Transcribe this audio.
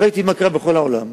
ראיתי מה קרה בכל העולם,